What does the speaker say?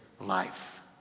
life